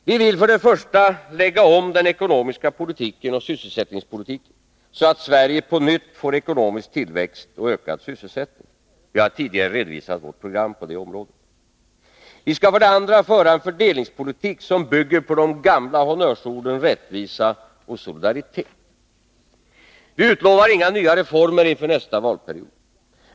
Vi vill för det första lägga om den ekonomiska politiken och sysselsättningspolitiken, så att Sverige på nytt får ekonomisk tillväxt och ökad sysselsättning. Jag har tidigare redovisat vårt program på detta område. Vi skall för det andra föra en fördelningspolitik som bygger på de gamla honnörsorden rättvisa och solidaritet. Vi utlovar inga nya reformer inför nästa valperiod.